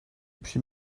puis